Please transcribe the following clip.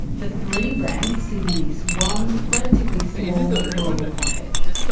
the three brands sit in this one, relatively small rural pocket.